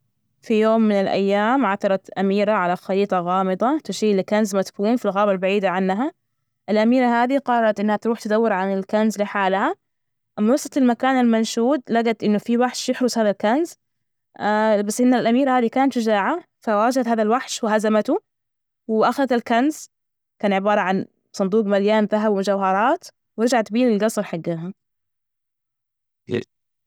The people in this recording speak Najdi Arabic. في يوم من الأيام، عثرت أميرة على خريطة غامضة تشير لكنز مدفون في الغابة البعيدة عنها، الأميرة هذه قررت إنها تروح تدور على الكنز لحالها. أما وصلت المكان المنشود لجت إنه في وحش يحرس هذا الكنز. بس إن الأميرة هذه كانت شجاعة، فوجدت هذا الوحش وهزمته، وأخذت الكنز، كان عبارة عن صندوق مليان، ذهب ومجوهرات، ورجعت بيه الجصر حجها.